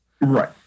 Right